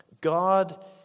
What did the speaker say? God